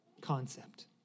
concept